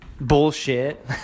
bullshit